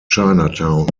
chinatown